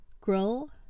grill